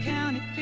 County